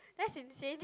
that's insane